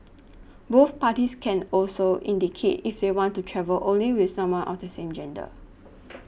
both parties can also indicate if they want to travel only with someone of the same gender